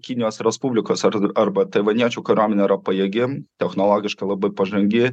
kinijos respublikos ar arba taivaniečių kariuomenė yra pajėgi technologiškai labai pažangi